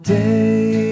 day